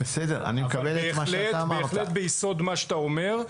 אבל בהחלט ביסוד מה שאתה אומר,